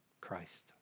Christ